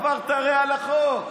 הרי עברת על החוק,